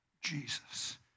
Jesus